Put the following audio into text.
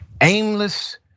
aimless